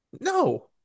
No